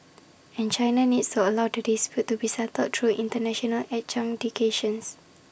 and China needs to allow the dispute to be settled through International adjudication